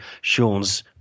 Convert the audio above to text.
Sean's